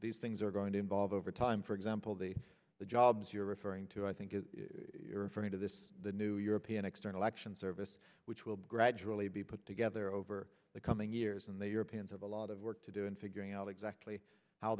these things are going to evolve over time for example the jobs you're referring to i think is referring to this the new european external actions service which will gradually be put together over the coming years and the europeans have a lot of work to do in figuring out exactly how